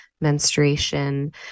menstruation